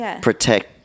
protect